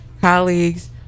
colleagues